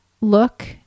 look